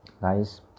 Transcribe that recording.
guys